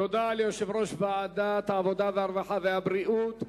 תודה ליושב-ראש ועדת העבודה, הרווחה והבריאות.